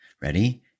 ready